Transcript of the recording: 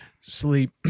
sleep